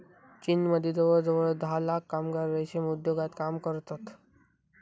चीनमदी जवळजवळ धा लाख कामगार रेशीम उद्योगात काम करतत